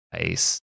Nice